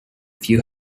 few